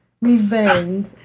revenge